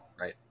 Right